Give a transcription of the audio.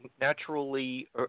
Naturally